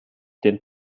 den